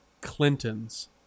Clinton's